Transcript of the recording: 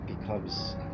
becomes